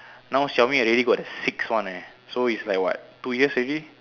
now Xiaomi already got the six one leh so it's like what two years already